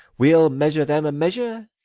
we'll measure them a measure,